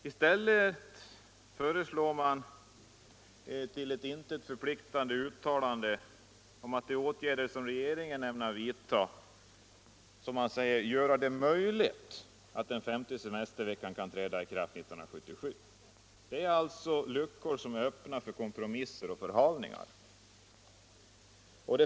I stället föreslår man ett till intet förpliktande uttalande om de åtgärder som regeringen ämnar vidta och som man säger skall göra det ”möjligt” att lagen om den femte semesterveckan kan träda i kraft 1977. Det finns alltså luckor som är öppna för kompromisser och förhalningar.